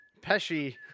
Pesci